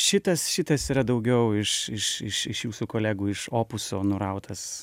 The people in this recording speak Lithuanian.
šitas šitas yra daugiau iš iš iš iš jūsų kolegų iš opuso nurautas